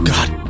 God